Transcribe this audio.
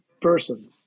person